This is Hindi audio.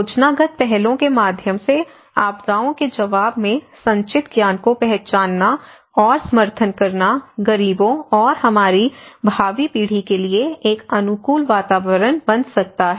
योजनागत पहलों के माध्यम से आपदाओं के जवाब में संचित ज्ञान को पहचानना और समर्थन करना गरीबों और हमारी भावी पीढ़ी के लिए एक अनुकूल वातावरण बना सकता है